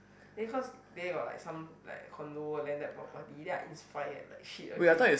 then cause there got like some like condo landed property then I inspired like shit okay